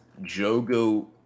Jogo